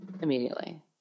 immediately